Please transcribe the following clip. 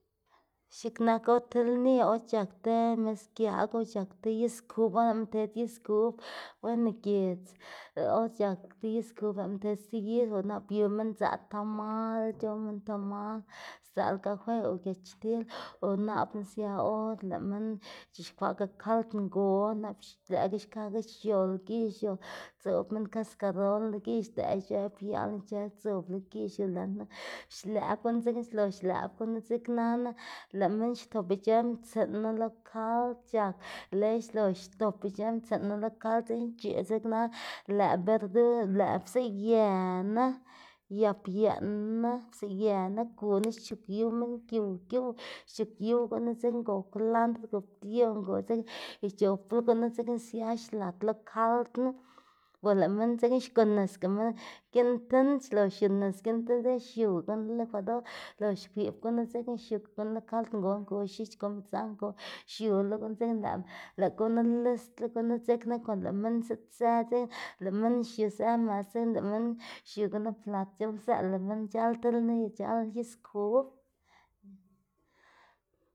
X̱iꞌk nak or ti lni or c̲h̲ak ti misgiaꞌl o c̲h̲ak ti is kub, or lëꞌma ted is kub weno giedz or c̲h̲ak ti is kub lëꞌma ted sti is o nap yu minn dzaꞌ tamal c̲h̲ow minn tamal sdzaꞌl gafe o giachtil o napna sia or lëꞌ minn c̲h̲ixkwaꞌka kald ngon nap lëꞌkga xkakga xiol gi xiol dzoꞌb minn kaskarol lo gi xdëꞌ ic̲ẖë biaꞌl ic̲h̲ë dzob lo gi xiu lënu xlëꞌb gunu dzekna xlox xlëꞌb gunu dzeknana lëꞌ minn xtopga ic̲h̲ë mtsiꞌnu lo kald c̲h̲ak lox xlox xdop ic̲h̲ë mtsiꞌnu lo kald dzekna c̲h̲eꞌ dzeknana lëꞌ berdur lëꞌ psaꞌ yëna, yap yeꞌna, psaꞌ yëna, guna xchugyuw minn giuw giuw xc̲h̲ugyuw gunu dzekna go kwlandr go pion go dzekna ic̲h̲opla gunu sia xlat lo kaldnu o lëꞌ minn dzekna xgu nisga giꞌn tind xlox xiu nis giꞌn tind dzekna xiuwla lo lën licuadora lox xkwiꞌb gunu dzekna xiuka gunu lo kald ngon go x̱iꞌch, go mdzang go xiu lo gunu dzekna lëꞌ gunu listla gunu dzekna konda lëꞌ minn ziꞌdzë dzekna lëꞌ minn xiuzë mës dzekna lëꞌ minn xiu gunu plat c̲h̲owzëla minn c̲h̲al ti lni, c̲h̲al is kub.